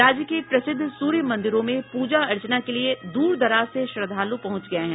राज्य के प्रसिद्ध सूर्य मंदिरों में प्रजा अर्चना के लिए दूर दराज से श्रद्वालु पहुंच गये हैं